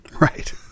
right